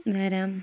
வேறே